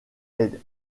est